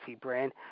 brand